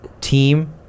team